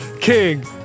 king